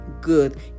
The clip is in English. good